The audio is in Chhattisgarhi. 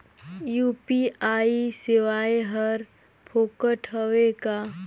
यू.पी.आई सेवाएं हर फोकट हवय का?